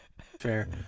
Fair